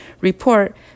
report